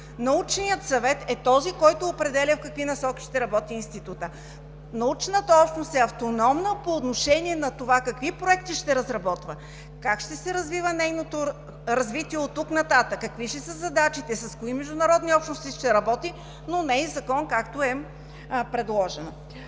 Научният съвет е този, който определя в какви насоки ще работи Институтът. Научната общност е автономна по отношение на това какви проекти ще разработва, как ще се развива – нейното развитие оттук нататък, какви ще са задачите, с кои международни общности ще работи, но не и закон, както е предложено.